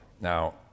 Now